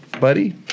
buddy